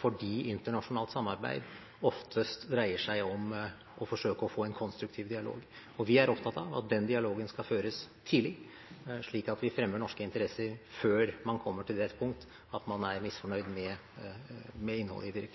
fordi internasjonalt samarbeid oftest dreier seg om å forsøke å få en konstruktiv dialog. Vi er opptatt av at den dialogen skal føres tidlig, slik at vi fremmer norske interesser før man kommer til det punkt at man er misfornøyd med innholdet